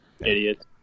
idiot